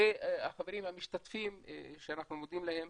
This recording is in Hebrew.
והחברים המשתתפים, שאנחנו מודים להם,